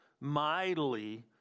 mightily